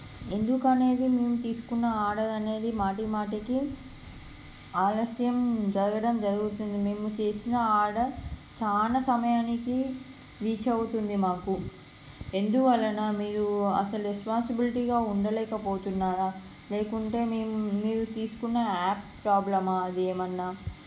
ఎందుకనేది మేము తీసుకున్న ఆర్డర్ అనేది మాటిమాటికి ఆలస్యం జరగడం జరుగుతుంది మేం చేసిన ఆర్డర్ చాలా సమయానికి రీచ్ అవుతుంది మాకు ఎందువలన మీరు అసలు రెస్పాన్సీబులిటీగా ఉండలేకపోతున్నారా లేదంటే మేము మీరు తీసుకున్న యాప్ ప్రాబ్లమా అది ఏమన్న